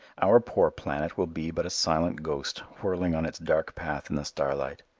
our poor planet will be but a silent ghost whirling on its dark path in the starlight.